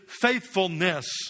faithfulness